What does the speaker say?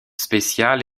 spéciale